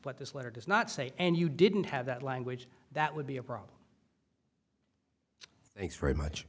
what this letter does not say and you didn't have that language that would be a problem thanks very much